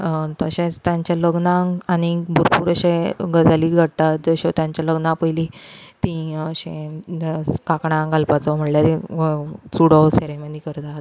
तशेंच तांचें लग्नांक आनीक भरपूर अशे गजाली घडटात जशें तांचे लग्नाक पयलीं तीं अशें कांकणां घालपाचो म्हणल्यार एक चुडो असो सेरेमनी करतात